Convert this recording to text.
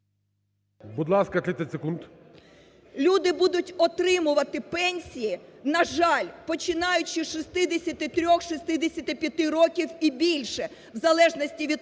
Люди будуть отримувати пенсії, на жаль, починаючи з 63, 65 років і більше, в залежності від того,